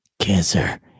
Cancer